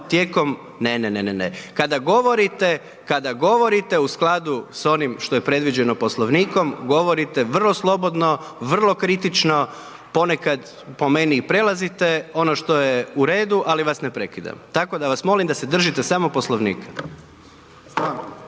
tijekom, ne, ne, ne, kada govorite, kada govorite u skladu s onim što je predviđeno Poslovnikom govorite vrlo slobodno, vrlo kritično, ponekad po meni i prelazite ono što je u redu, ali vas ne prekidam. Tako da vas molim da se držite samo Poslovnika.